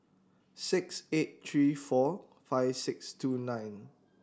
six eight three four five six two nine